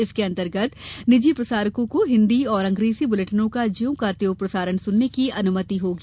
इसके अंतर्गत निजी प्रसारकों को हिन्दी और अंग्रेजी बुलेटिनों का ज्यों का त्यों प्रसारण करने की अनुमति होगी